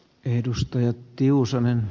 edustajat tiusanenne